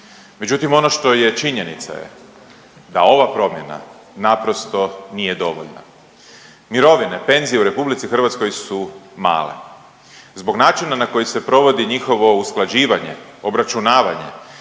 međutim ono što je činjenica je da ova promjena naprosto nije dovoljna. Mirovine, penzije u RH su male, zbog načina na koji se provodi njihovo usklađivanje, obračunavanje